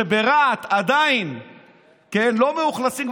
ברהט עדיין לא מאוכלסים,